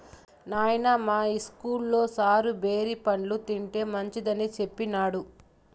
నాయనా, మా ఇస్కూల్లో సారు బేరి పండ్లు తింటే మంచిదని సెప్పినాడు